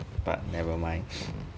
but never mind